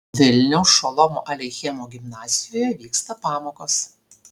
vilniaus šolomo aleichemo gimnazijoje vyksta pamokos